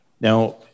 now